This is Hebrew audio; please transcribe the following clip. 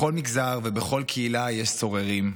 בכל מגזר ובכל קהילה יש סוררים,